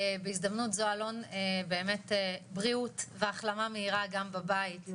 בהזדמנות זו אלון באמת בריאות והחלמה מהירה גם בבית,